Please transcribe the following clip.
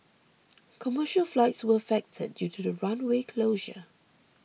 commercial flights were affected due to the runway closure